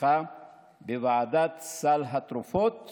בוועדת סל התרופות